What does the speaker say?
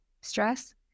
stress